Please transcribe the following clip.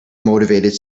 motivated